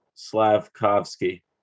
Slavkovsky